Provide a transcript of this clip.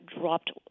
dropped